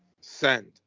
Send